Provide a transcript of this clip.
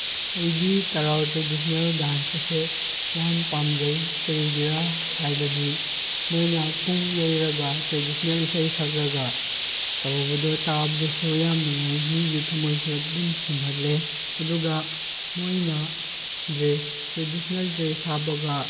ꯑꯩꯗꯤ ꯇꯦꯔꯥꯎ traditional dance ꯑꯁꯦ ꯌꯥꯝ ꯄꯥꯝꯖꯩ ꯀꯔꯤꯒꯤꯔ ꯍꯥꯏꯔꯗꯤ ꯃꯣꯏꯅ ꯄꯨꯡ ꯌꯩꯔꯒ ꯇ꯭ꯔꯦꯗꯤꯁꯅꯦꯜ ꯏꯁꯩ ꯁꯛꯂꯒ ꯇꯧꯕꯗꯣ ꯇꯥꯕꯗꯁꯨ ꯌꯥꯝ ꯅꯨꯡꯉꯥꯏ ꯃꯤꯒꯤ ꯊꯝꯃꯣꯏꯁꯨ ꯑꯗꯨꯝ ꯁꯨꯝꯍꯠꯂꯦ ꯑꯗꯨꯒ ꯃꯣꯏꯅ ꯗ꯭ꯔꯦꯁ ꯇ꯭ꯔꯦꯗꯤꯁꯅꯦꯜ ꯗꯔꯦꯁ ꯍꯥꯞꯄꯒ